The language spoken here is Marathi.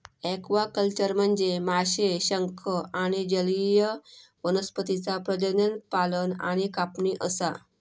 ॲक्वाकल्चर म्हनजे माशे, शंख आणि जलीय वनस्पतींचा प्रजनन, पालन आणि कापणी असा